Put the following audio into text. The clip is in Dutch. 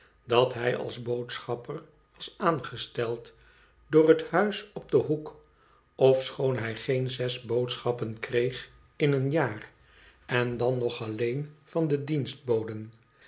dat hij als boodschapper was aangesteld door het huis op den hoek ochooü hij geen zes boodschappen kreeg in een jaar en dan nog alleen van de